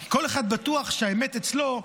כי כל אחד בטוח שהאמת אצלו,